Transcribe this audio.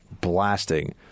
blasting